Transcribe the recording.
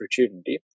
opportunity